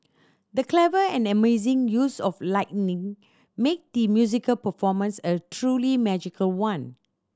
the clever and amazing use of lighting made the musical performance a truly magical one